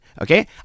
Okay